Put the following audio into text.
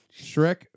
Shrek